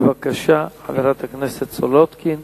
בבקשה, חברת הכנסת סולודקין.